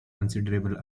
considerable